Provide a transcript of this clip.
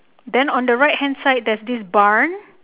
then on the right hand side there's this barn